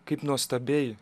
kaip nuostabiai